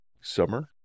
summer